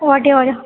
whatever